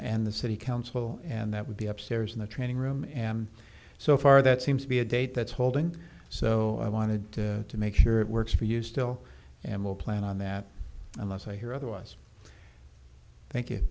and the city council and that would be upstairs in the training room am so far that seems to be a date that's holding so i wanted to make sure it works for you still and will plan on that unless i hear otherwise thank you